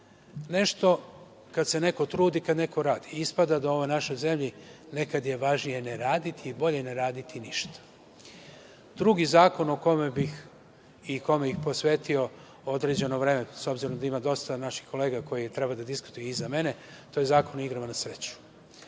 nešto kad se neko trudi, kad neko radi. Ispada da je u ovoj našoj zemlji nekada važnije ne raditi, bolje ne raditi ništa. Drugi zakon o kome bih i kome bih posvetio određeno vreme, s obzirom da ima dosta naših kolega koji treba da diskutuju iza mene, to je Zakon o igrama na sreću.